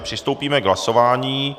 Přistoupíme k hlasování.